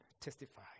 testify